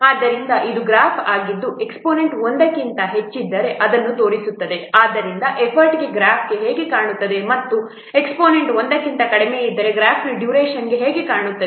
ಆದ್ದರಿಂದ ಇದು ಗ್ರಾಫ್ ಆಗಿದ್ದು ಎಕ್ಸ್ಪೋನೆಂಟ್ 1 ಕ್ಕಿಂತ ಹೆಚ್ಚಿದ್ದರೆ ಎಂಬುದನ್ನು ತೋರಿಸುತ್ತದೆ ಆದ್ದರಿಂದ ಎಫರ್ಟ್ಗೆ ಗ್ರಾಫ್ ಹೇಗೆ ಕಾಣುತ್ತದೆ ಮತ್ತು ಎಕ್ಸ್ಪೋನೆಂಟ್ 1 ಕ್ಕಿಂತ ಕಡಿಮೆಯಿದ್ದರೆ ಗ್ರಾಫ್ ಡ್ಯುರೇಷನ್ಗೆ ಹೇಗೆ ಕಾಣುತ್ತದೆ